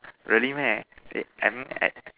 really meh eh I mean at